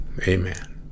Amen